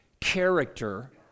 character